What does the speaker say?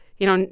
you know,